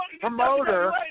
promoter